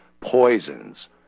poisons